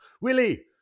Willie